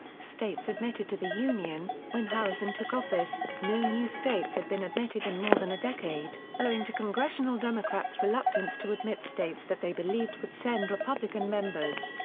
states admitted to the union when harrison took office, no new states had been admitted in more than a decade, owing to congressional democrats' reluctance to admit states that they believed would send republican members.